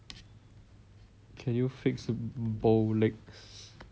can you fix bow legs